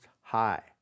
High